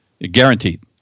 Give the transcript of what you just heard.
guaranteed